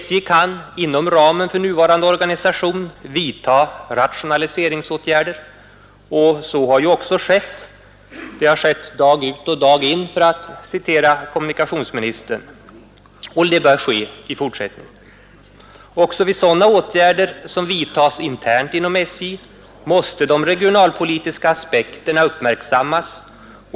SJ kan inom ramen för nuvarande organisation vidta rationaliseringsåtgärder och så har också skett — dag ut och dag in, för att citera vad kommunikationsministern sade nyss — och det bör ske även i fortsättningen. Också vid sådana åtgärder som vidtas internt inom SJ måste de regionalpolitiska aspekterna uppmärksammas.